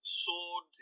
sword